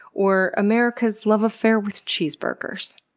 or america's love affair with cheeseburgers?